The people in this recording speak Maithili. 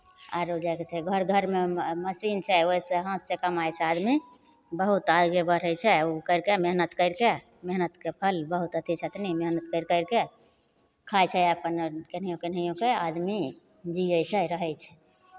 आरो की कहै छै घर घरमे मशीन छै ओहिसँ हाथसँ कमाइ छै आदमी बहुत आगे बढ़ै छै ओ करि कऽ मेहनत करि कऽ मेहनतके फल बहुत अथि छथिन मेहनत करि करि कऽ खाइ छै अपन केनहियो केनहियो कऽ आदमी जियै छै रहै छै